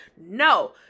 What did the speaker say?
No